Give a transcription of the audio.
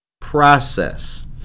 process